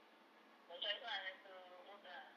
no choice lah I have to work ah